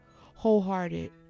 wholehearted